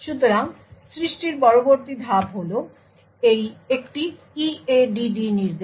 সুতরাং সৃষ্টির পরবর্তী ধাপ হল একটি EADD নির্দেশ